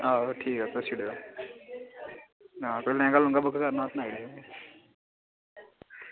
आहो ठीक ऐ पुच्छी ओ ते कोई सनाई ओड़ेओ